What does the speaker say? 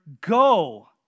go